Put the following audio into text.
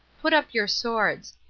put up your swords.